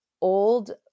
old